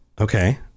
Okay